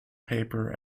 paper